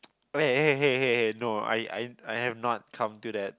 okay hey hey hey hey no I I I have not come to that